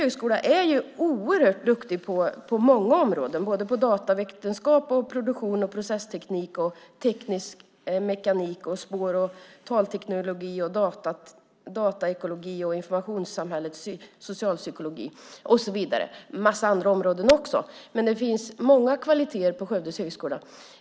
Högskolan i Skövde är oerhört duktig på många områden, på datavetenskap, produktion, processteknik, teknisk mekanism, spår och talteknologi, dataekologi, informationssamhällets socialpsykologi och så vidare, en massa andra områden också. Det finns många kvaliteter på Högskolan i Skövde.